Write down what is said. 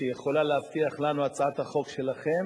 שיכולה להבטיח לנו הצעת החוק שלכם,